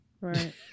right